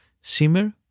Simmer